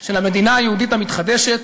של המדינה היהודית המתחדשת,